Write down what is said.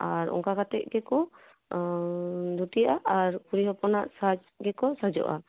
ᱟᱨ ᱚᱱᱠᱟ ᱠᱟᱛᱮᱫ ᱜᱮᱠᱚ ᱫᱷᱩᱛᱤᱜᱼᱟ ᱟᱨ ᱠᱩᱲᱤ ᱦᱚᱯᱚᱱᱟᱜ ᱥᱟᱡ ᱛᱮᱜᱮᱠᱚ ᱥᱟᱡᱚᱜᱼᱟ